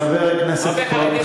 חבר הכנסת פרוש,